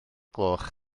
gloch